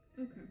Okay